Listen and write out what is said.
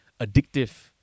addictive